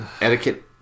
etiquette